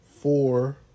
four